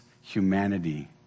humanity